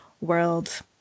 world